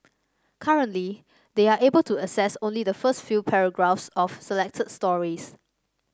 currently they are able to access only the first few paragraphs of selected stories